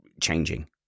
changing